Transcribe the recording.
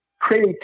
create